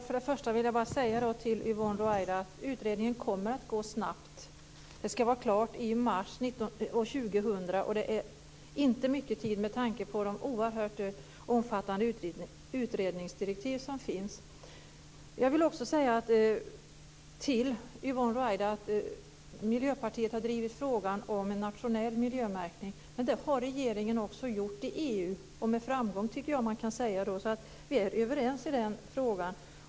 Fru talman! Först vill jag bara säga till Yvonne Ruwaida att utredningen kommer att gå snabbt. Det här skall vara klart i mars år 2000, och det är inte mycket tid med tanke på de oerhört omfattande utredningsdirektiv som finns. Jag vill också säga till Yvonne Ruwaida att Miljöpartiet visst har drivit frågan om en nationell miljömärkning, men det har regeringen också gjort i EU - med framgång tycker jag att man kan säga. Vi är alltså överens i den frågan.